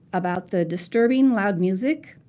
about the disturbing loud music,